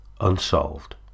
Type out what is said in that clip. unsolved